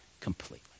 completely